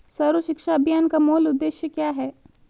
सर्व शिक्षा अभियान का मूल उद्देश्य क्या है?